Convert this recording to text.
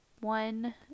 one